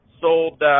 sold